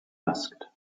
asked